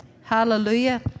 Hallelujah